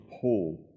pull